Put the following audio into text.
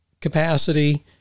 capacity